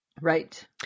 Right